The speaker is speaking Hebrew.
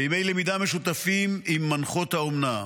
וימי למידה משותפים עם מנחות האומנה.